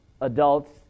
adults